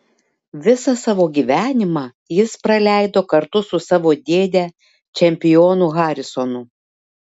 visą savo gyvenimą jis praleido kartu su savo dėde čempionu harisonu